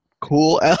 cool